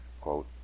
quote